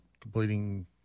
completing